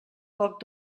poc